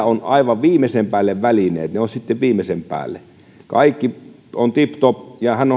on aivan viimeisen päälle välineet ne välineet sitten viimeisen päälle kaikki on tiptop ja hän